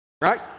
Right